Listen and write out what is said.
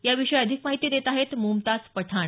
याविषयी अधिक माहिती देत आहेत मुमताज पठाण